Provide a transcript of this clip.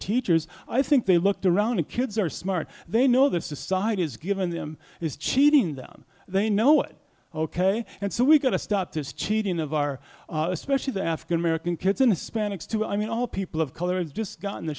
teachers i think they looked around and kids are smart they know that society has given them is cheating them they know what ok and so we got to stop this cheating of our especially the african american kids in a spandex too i mean all people of color just got in the